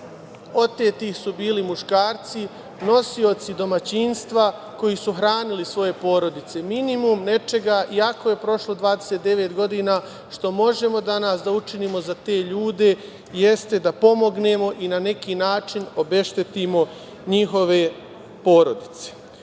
otetih su bili muškarci, nosioci domaćinstva koji su hranili svoje porodice. Minimum nečega, iako je prošlo 29 godina, što možemo danas da učinimo za te ljude jeste da pomognemo i na neki način obeštetimo njihove porodice. Ono